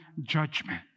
judgment